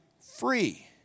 free